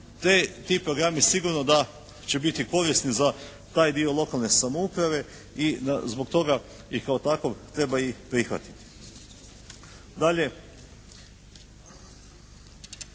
ti programi sigurno da će biti korisni za taj dio lokalne samouprave. I zbog toga i kao takov treba ih prihvatiti.